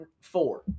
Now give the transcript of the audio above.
four